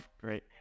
great